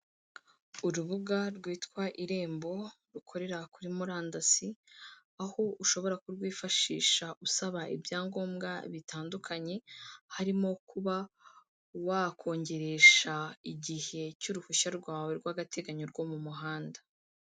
Urubuga rwitwa irembo rukorera kuri murandasi, aho ushobora kurwifashisha usaba ibyangombwa bitandukanye, harimo kuba wakongeresha igihe cy'uruhushya rwawe rw'agateganyo rwo mu muhanda.